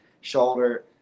shoulder